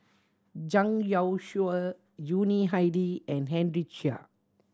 Zhang Youshuo Yuni Hadi and Henry Chia